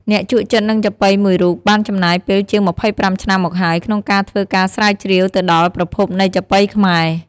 អ្នកជក់ចិត្តនឹងចាប៉ីមួយរូប បានចំណាយពេលជាង ២៥ ឆ្នាំមកហើយ ក្នុងការធ្វើការស្រាវជ្រាវទៅដល់ប្រភពនៃចាប៉ីខ្មែរ។